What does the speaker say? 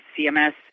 CMS